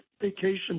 vacation